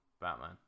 Batman